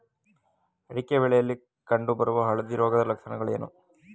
ಅಡಿಕೆ ಬೆಳೆಯಲ್ಲಿ ಕಂಡು ಬರುವ ಹಳದಿ ರೋಗದ ಲಕ್ಷಣಗಳೇನು?